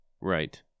Right